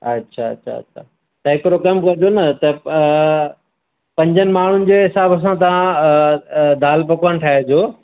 अछा अछा अछा त हिकिड़ो कमु कजो न त पंजनि माण्हुनि जे हिसाबु सां तव्हां दाल पकवान ठाहिजो